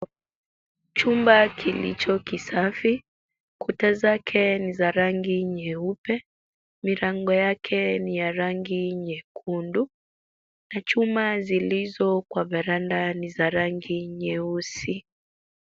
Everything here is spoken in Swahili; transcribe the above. Chumba kilicho kisafi. Kuta zake ni za rangi nyeupe. Milango yake ni ya rangi nyekundu na chuma zilizo kwa veranda ni za rangi nyeusi.